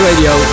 Radio